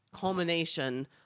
culmination